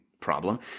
problem